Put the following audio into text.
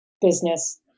business